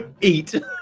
Eat